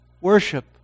Worship